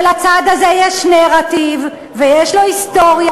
ולצד הזה יש נרטיב, ויש לו היסטוריה,